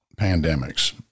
pandemics